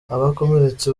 abakomeretse